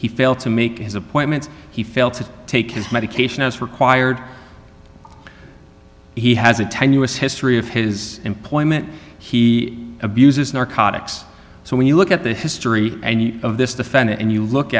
he failed to make his appointments he failed to take his medication as required he has a tenuous history of his employment he abuses narcotics so when you look at the history of this defendant and you look